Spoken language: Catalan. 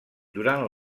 durant